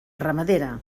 ramadera